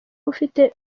ufite